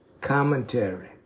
Commentary